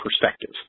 perspective